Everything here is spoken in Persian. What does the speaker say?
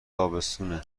تابستون